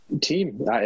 team